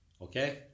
okay